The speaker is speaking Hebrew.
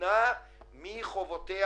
שמממנים אותם, בסבירות גבוהה